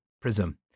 prism